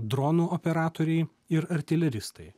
dronų operatoriai ir artileristai